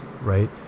Right